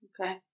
Okay